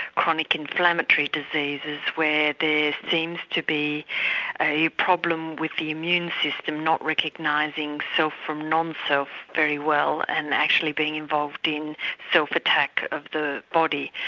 chronic inflammatory diseases where there seems to be a problem with the immune system not recognising self so from non-self very well, and actually being involved in self-attack of the body.